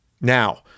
Now